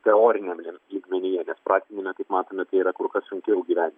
teoriniam lin lygmenyje nes praktiniame kaip matome tai yra kur kas sunkiau įgyvendint